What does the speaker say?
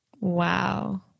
Wow